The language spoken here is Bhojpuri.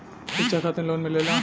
शिक्षा खातिन लोन मिलेला?